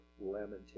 lamentation